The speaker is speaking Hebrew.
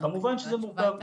כמובן שזה מורכב,